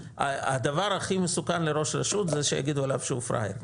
הדבר הכי מסוכן לראש רשות זה שיגידו עליו שהוא פראייר.